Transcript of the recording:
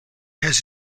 has